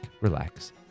relax